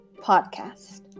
podcast